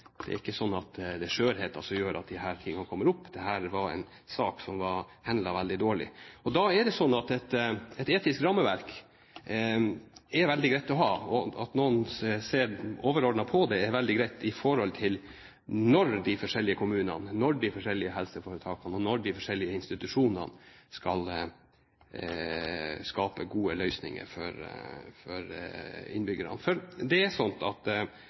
det er ikke skjørhet som gjør at dette kommer opp. Dette er en sak som ble håndtert veldig dårlig. Da er det veldig greit å ha et etisk rammeverk. At noen ser overordnet på det, er veldig greit når de forskjellige kommunene, de forskjellige helseforetakene og de forskjellige institusjonene skal skape gode løsninger for innbyggerne. Man regner med at man skal ha verdighet de siste dagene. Men det er like viktig for de pårørende, som skal leve videre, at